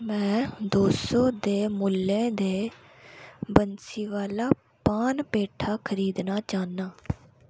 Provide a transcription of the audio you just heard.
में दो सौ दे मुल्लै दे बंसीवाला पान पेठा खरीदना चाह्न्नां